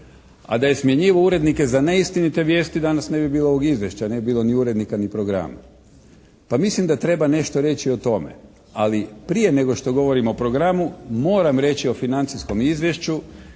a da je smjenjivao urednike za neistinite vijesti danas ne bi bilo ovog Izvješća, ne bi bilo ni urednika, ni programa. Pa mislim da treba nešto reći o tome, ali prije nego što govorim o programu moram reći o financijskom izvješću